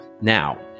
Now